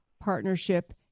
Partnership